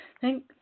thank